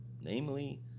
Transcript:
Namely